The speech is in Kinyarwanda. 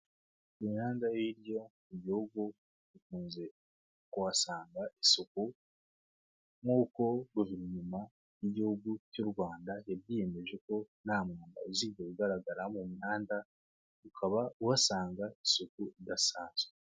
Imihanda yo hirya mu gihugu ukunze kuhasanga isuku nkuko guverinoma y'igihugu cy'u Rwanda yabyiyemeje, ko nta muntu uzigera ugaragara mu muhanda ukaba uhasanga isuku idasanzwe.